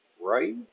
right